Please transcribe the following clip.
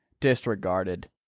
disregarded